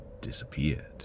disappeared